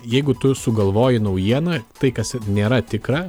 jeigu tu sugalvoji naujieną tai kas ir nėra tikra